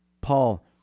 Paul